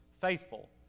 faithful